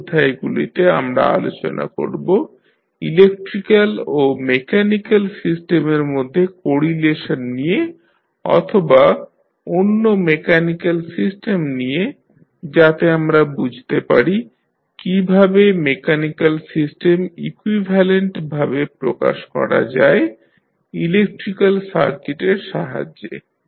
পরের অধ্যায়গুলিতে আমরা আলোচনা করব ইলেকট্রিক্যাল ও মেকানিক্যাল সিস্টেমের মধ্যে কোরিলেশন নিয়ে অথবা অন্য মেকানিক্যাল সিস্টেম নিয়ে যাতে আমরা বুঝতে পারি কীভাবে মেকানিক্যাল সিস্টেম ইকুইভ্যালেন্ট ভাবে প্রকাশ করা যায় ইলেকট্রিক্যাল সার্কিটের সাহায্যে